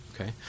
okay